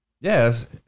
Yes